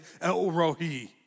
El-Rohi